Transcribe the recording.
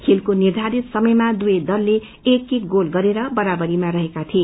खेलको निधारित समयमा देवै दलले एक एक गोल गरेर बराबरीमा रहेको थिए